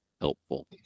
helpful